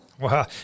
wow